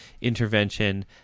intervention